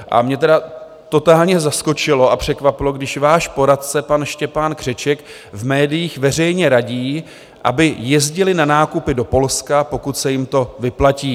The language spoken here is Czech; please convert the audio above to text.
A mě tedy totálně zaskočilo a překvapilo, když váš poradce pan Štěpán Křeček v médiích veřejně radí, aby jezdili na nákupy do Polska, pokud se jim to vyplatí.